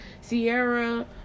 sierra